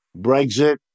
Brexit